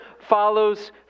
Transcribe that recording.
follows